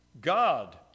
God